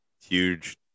huge